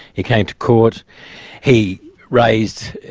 it came to court he raised,